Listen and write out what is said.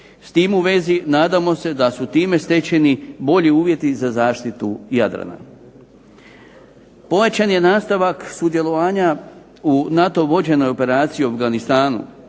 S tim u vezi nadamo se da su time stečeni bolji uvjeti za zaštitu Jadrana. Pojačan je nastavak sudjelovanja u NATO vođenoj operaciji u Afganistanu.